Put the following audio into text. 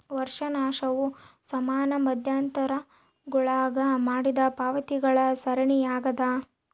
ವರ್ಷಾಶನವು ಸಮಾನ ಮಧ್ಯಂತರಗುಳಾಗ ಮಾಡಿದ ಪಾವತಿಗಳ ಸರಣಿಯಾಗ್ಯದ